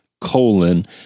colon